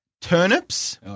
turnips